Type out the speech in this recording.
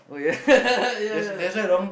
oh yeah yeah yeah